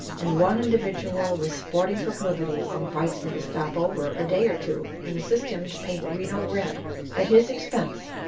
and one individual with sporting proclivities invites me to stop over a day or two and assist him to paint reno red at his expense.